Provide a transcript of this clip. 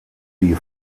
die